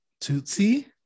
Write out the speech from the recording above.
Tootsie